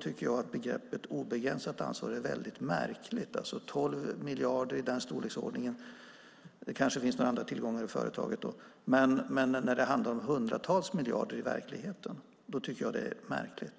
tycker jag att begreppet "obegränsat ansvar" är väldigt märkligt. 12 miljarder eller i någonting i den storleksordningen, säger man, och det kanske finns andra tillgångar i företaget. Men när det handlar om hundratals miljarder i verkligheten tycker jag att det är märkligt.